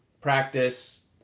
Practice